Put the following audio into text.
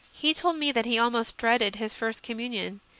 he told me that he almost dreaded his first com munion,